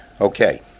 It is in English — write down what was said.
Okay